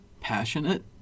Passionate